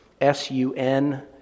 s-u-n